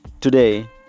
Today